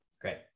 Great